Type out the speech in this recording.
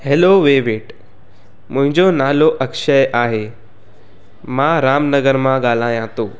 hello वे wait मुंहिंजो नालो अक्षय आहे मां रामनगर मां ॻाल्हायां थो